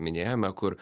minėjome kur